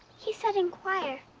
he said inquire.